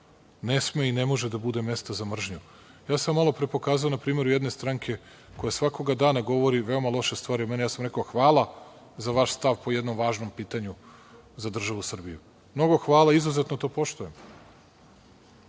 Ne sme i ne može da bude mesta za mržnju. Malopre sam vam pokazao na primeru jedne stranke koja svakog dana govori veoma loše stvari o meni, ja sam rekao – hvala za vaš stav po jednom važnom pitanju za državu Srbiju, mnogo hvala, izuzetno to